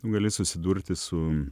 tu gali susidurti su